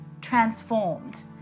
transformed